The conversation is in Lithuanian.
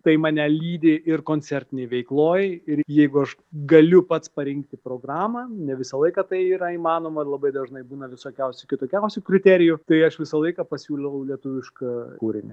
tai mane lydi ir koncertinėj veikloj ir jeigu aš galiu pats parinkti programą ne visą laiką tai yra įmanoma labai dažnai būna visokiausių kitokiausių kriterijų tai aš visą laiką pasiūliau lietuvišką kūrinį